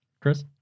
Chris